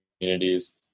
communities